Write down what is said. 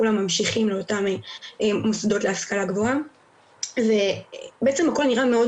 כולם ממשיכים לאותם מוסדות להשכלה גבוהה ובעצם הכול נראה מאוד